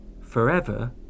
Forever